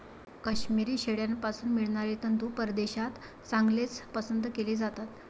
काश्मिरी शेळ्यांपासून मिळणारे तंतू परदेशात चांगलेच पसंत केले जातात